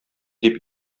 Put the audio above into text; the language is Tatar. дип